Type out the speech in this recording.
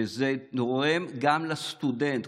וזה תורם גם לסטודנט.